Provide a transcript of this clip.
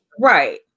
Right